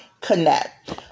connect